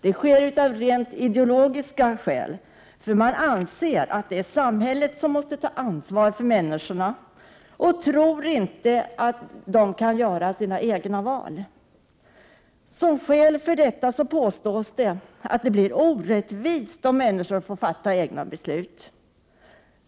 Det sker av rent ideologiska skäl därför att de anser att det är samhället som måste ta ansvar för människorna, och de tror inte att dessa kan göra sina egna val. Som skäl för detta påstås det att det blir orättvist om människor får fatta egna beslut.